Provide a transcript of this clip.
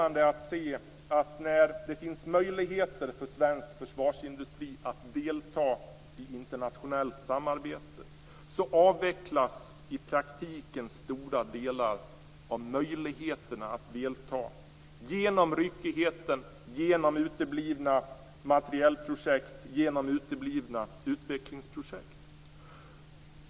När det finns möjligheter för svensk försvarsindustri att delta i internationellt samarbete tycker jag att det är beklämmande att se att stora delar av dessa möjligheter i praktiken avvecklas genom ryckigheten, genom uteblivna materielprojekt och genom uteblivna utvecklingsprojekt.